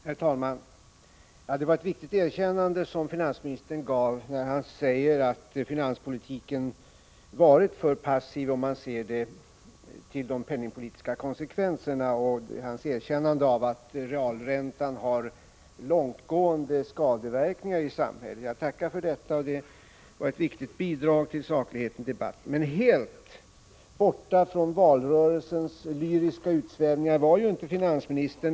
Herr talman! Det var ett viktigt erkännande som finansministern gav när han sade att finanspolitiken varit för passiv, om man ser till de penningspolitiska konsekvenserna. Det var också ett viktigt erkännande att realräntan har långtgående skadeverkningar i samhället. Jag tackar för detta — det var ett viktigt bidrag till sakligheten i debatten. Men helt borta från valrörelsens lyriska utsvävningar var inte finansminis tern.